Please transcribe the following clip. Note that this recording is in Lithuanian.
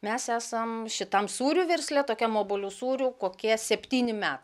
mes esam šitam sūrių versle tokiam obuolių sūrių kokie septyni metai